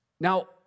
Now